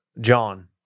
John